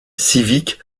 civique